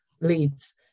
leads